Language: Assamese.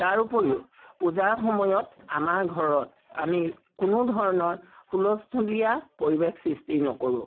তাৰ উপৰিও পূজাৰ সময়ত আমাৰ ঘৰত আমি কোনো ধৰণৰ হুলস্থূলীয়া পৰিৱেশ সৃষ্টি নকৰোঁ